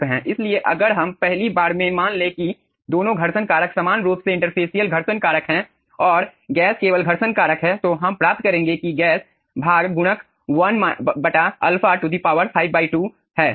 इसलिए अगर हम पहली बार में मान ले कि दोनों घर्षण कारक समान रूप से इंटरफेसियल घर्षण कारक हैं और गैस केवल घर्षण कारक है तो हम प्राप्त करेंगे कि गैस भाग गुणक 1 α 5 2 है